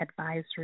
Advisory